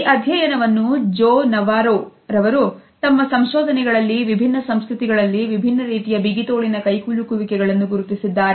ಈ ಅಧ್ಯಯನವನ್ನು Joe Navarro Joe Navarro ರವರು ತಮ್ಮ ಸಂಶೋಧನೆಗಳಲ್ಲಿ ವಿಭಿನ್ನ ಸಂಸ್ಕೃತಿಗಳಲ್ಲಿ ವಿಭಿನ್ನ ರೀತಿಯಬಿಗಿ ತೋಳಿನ ಕೈಕುಲುಕುವಿಕೆಗಳನ್ನುಗುರುತಿಸಿದ್ದಾರೆ